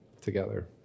together